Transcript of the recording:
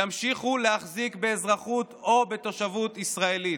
ימשיכו להחזיק באזרחות או בתושבות ישראלית.